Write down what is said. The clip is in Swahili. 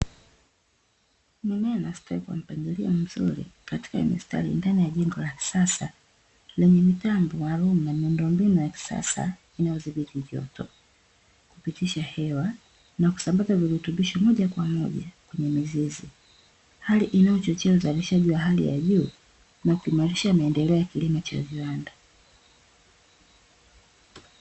Mimea inastawi kwa mpangilio mzuri katika mistari ndani ya jengo la kisasa lenye mitambo maalumu na miundombinu ya kisasa inayodhibiti joto, kupitisha hewa na kusambaza virutubisho moja kwa moja kwenye mizizi. Hali inayochochea uzalishaji wa hali ya juu na kuimarisha maendeleo ya kilimo cha viwanda.